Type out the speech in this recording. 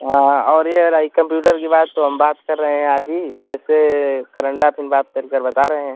हाँ और यह रही कंप्यूटर की बात तो हम बात कर रहे हैं आज ही बी एस ए करंडापुर बात कर कर बता रहे हैं